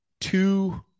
two